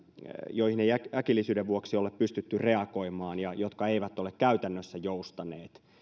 joihin ei äkillisyyden vuoksi ole pystytty reagoimaan ja jotka eivät ole käytännössä joustaneet